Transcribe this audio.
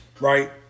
right